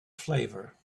flavor